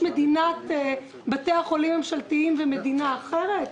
בתי החולים הממשלתיים זה מדינה אחרת?